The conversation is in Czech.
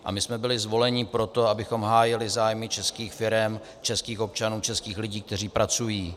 A my jsme byli zvoleni proto, abychom hájili zájmy českých firem, českých občanů, českých lidí, kteří pracují.